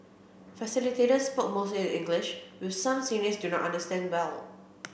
facilitators speak mostly in English which some seniors do not understand well